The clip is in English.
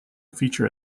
feature